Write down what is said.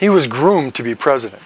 he was groomed to be president